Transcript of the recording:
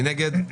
מי נגד?